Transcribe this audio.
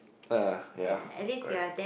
uh ya correct